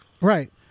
right